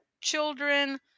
children